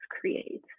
create